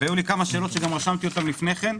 היו לי כמה שאלות שרשמתי לפני כן.